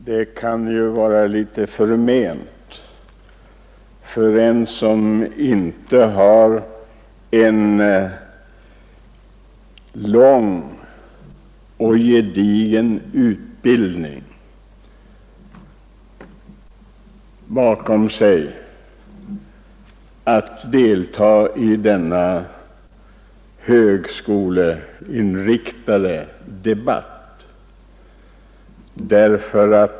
Det kan synas litet förmätet av den som inte har en lång och gedigen utbildning bakom sig att delta i denna högskoleinriktade debatt.